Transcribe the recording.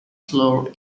floor